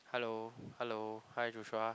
hello hello hi Joshua